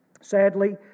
Sadly